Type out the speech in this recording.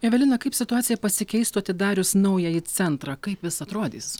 evelina kaip situacija pasikeistų atidarius naująjį centrą kaip jis atrodys